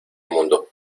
mundo